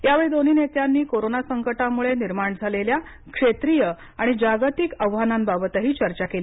यावेळी दोन्ही नेत्यांनी कोरोना संकटामुळे निर्माण झालेल्या क्षेत्रीय आणि जागतिक आव्हांनाबाबतही चर्चा केली